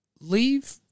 leave